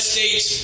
States